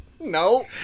No